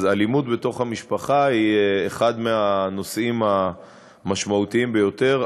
אז אלימות בתוך המשפחה היא אחד מהנושאים המשמעותיים ביותר.